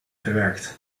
verwerkt